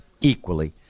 equally